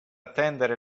attendere